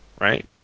right